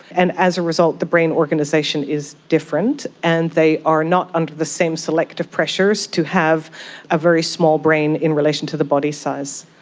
and as a result the brain organisation is different and they are not under the same selective pressures to have a very small brain in relation to the body size.